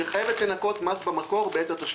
שחייבת לנכות מס במקור בעת התשלום.